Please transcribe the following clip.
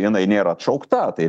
jinai nėra atšaukta tai